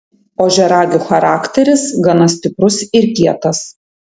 ožiaragių charakteris gana stiprus ir kietas